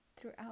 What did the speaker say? throughout